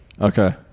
Okay